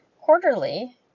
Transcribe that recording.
Quarterly